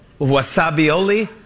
Wasabioli